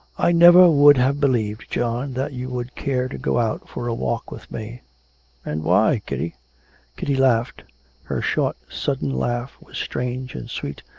i never would have believed, john, that you would care to go out for a walk with me and why, kitty kitty laughed her short, sudden laugh was strange and sweet,